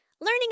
learning